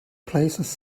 places